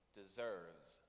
deserves